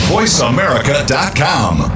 VoiceAmerica.com